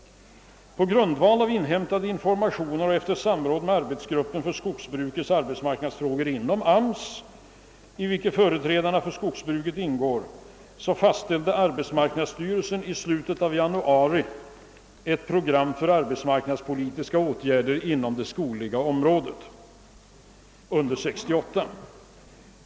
På grundval av inhämtade informationer och efter samråd med arbetsgruppen för skogsbrukets arbetsmarknadsfrågor inom AMS, i vilken företrädare för skogsbruket ingår, fastställde arbetsmarknadsstyrelsen i slutet av januari ett program för arbetsmarknadspolitiska åtgärder inom det skogliga området under 1968.